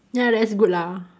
ya that's good lah